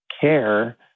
care